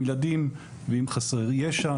עם ילדים ועם חסרי ישע".